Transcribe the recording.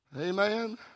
Amen